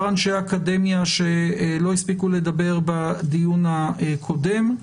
אנשי אקדמיה שלא התבטאו בדיון הקודם.